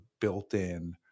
built-in